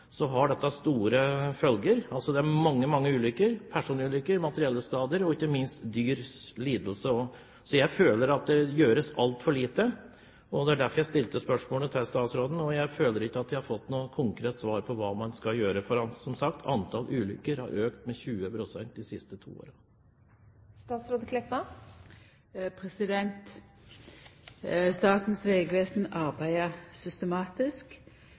jeg føler at det gjøres altfor lite, og det er derfor jeg stilte spørsmålet til statsråden. Jeg føler ikke at jeg har fått noe konkret svar på hva man skal gjøre, for, som sagt, antallet ulykker har økt med 20 pst. de siste to årene. Statens vegvesen arbeider systematisk.